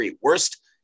Worst